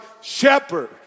shepherd